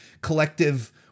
collective